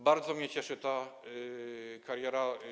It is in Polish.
Bardzo mnie cieszy ta kariera.